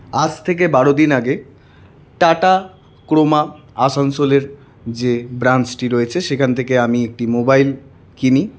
আজ থেকে বারোদিন আগে টাটা ক্রোমা আসানসোলের যে ব্রাঞ্চটি রয়েছে সেখান থেকে আমি একটি মোবাইল কিনি